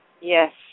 Yes